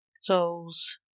souls